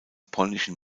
polnischen